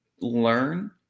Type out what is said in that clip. learn